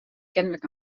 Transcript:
kennelijk